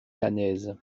caennaise